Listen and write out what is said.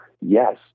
yes